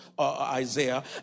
Isaiah